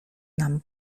nam